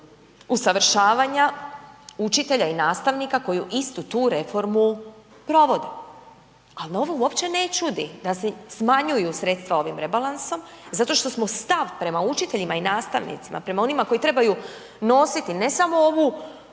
usavršavanja učitelja i nastavnika koji istu tu reformu provodu, al ovo uopće ne čudi da se smanjuju sredstva ovim rebalansom zato što smo stav prema učiteljima i nastavnicima, prema onima koji trebaju nositi ne samo ovu